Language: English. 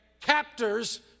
captors